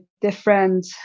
different